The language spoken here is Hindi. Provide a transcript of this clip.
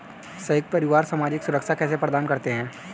संयुक्त परिवार सामाजिक सुरक्षा कैसे प्रदान करते हैं?